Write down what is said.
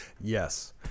yes